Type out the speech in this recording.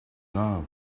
love